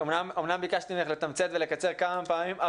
אמנם ביקשתי ממך לתמצת ולקצר כמה פעמים,